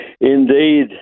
Indeed